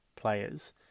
players